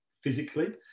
physically